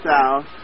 South